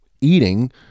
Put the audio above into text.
eating